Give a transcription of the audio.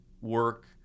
work